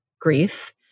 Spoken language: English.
grief